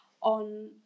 on